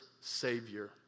Savior